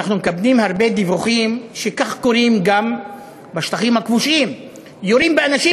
אנחנו מקבלים הרבה דיווחים שכך קורה גם בשטחים הכבושים: יורים באנשים,